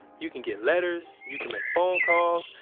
you can get letters, you can make phone calls,